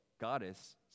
goddess